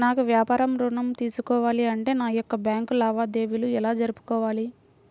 నాకు వ్యాపారం ఋణం తీసుకోవాలి అంటే నా యొక్క బ్యాంకు లావాదేవీలు ఎలా జరుపుకోవాలి?